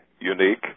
unique